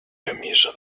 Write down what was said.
camisa